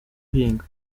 guhinga